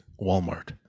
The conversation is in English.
Walmart